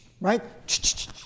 Right